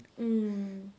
mm